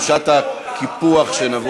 ותחושת הקיפוח.